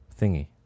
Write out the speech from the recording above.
thingy